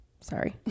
sorry